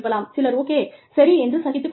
சிலர் ஓகே சரி என்று சகித்துக் கொள்ளலாம்